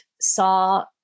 saw